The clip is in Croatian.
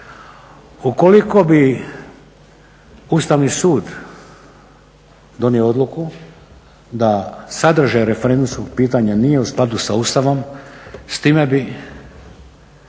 Ukoliko bi Ustavni sud donio odluku da sadržaj referendumskog pitanja nije u skladu sa Ustavom s time bi